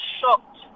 shocked